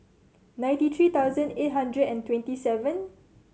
ninety three thousand eight hundred and twenty seven